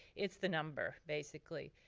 it's the number basically.